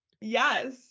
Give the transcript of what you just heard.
Yes